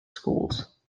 schools